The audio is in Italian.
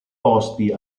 posti